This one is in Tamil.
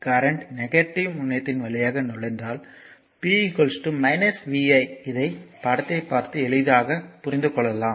கரண்ட் நெகட்டிவ் முனையத்தின் வழியாக நுழைந்தால் p vi இதை படத்தை பார்த்து எளிதாக புரிந்து கொள்ளலாம்